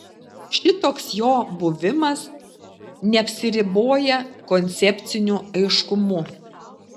šitoks jo buvimas neapsiriboja koncepciniu aiškumu